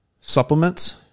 supplements